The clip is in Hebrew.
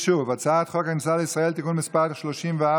הסעיף השני: הצעת חוק הכניסה לישראל (תיקון מס' 34),